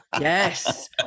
Yes